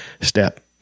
Step